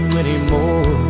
anymore